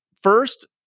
First